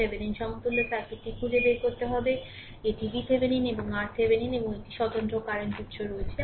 Thevenin সমতুল্য circuit খুঁজে বের করতে এটি VThevenin এবং RThevenin এবং একটি স্বতন্ত্র কারেন্ট উৎস রয়েছে